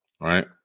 right